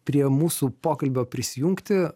prie mūsų pokalbio prisijungti